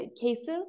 cases